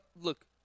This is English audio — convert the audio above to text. look